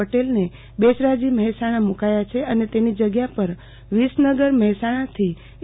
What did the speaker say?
પટેલને બેચરાજી મહેસાણા મુકાયા અને તેમની જગ્યા પર વિસનગર મહેસાણાથી એ